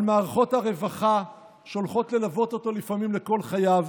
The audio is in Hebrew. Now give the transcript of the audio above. על מערכות הרווחה שהולכות ללוות אותו לפעמים כל חייו,